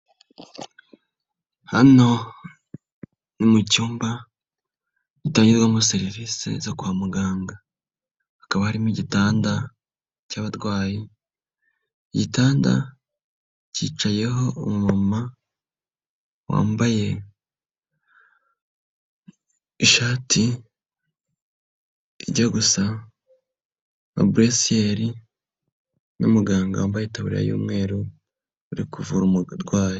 Hano ni mucyumba utangirwamo serivisi zo kwa muganga, hakaba harimo igitanda cy'abarwayi, igitanda cyicayeho umumama wambaye ishati ijya gusa nka burusiyeri, umuganga wambaye itaburiya y'umweru uri kuvura umurwayi.